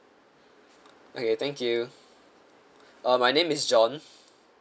okay thank you uh my name is john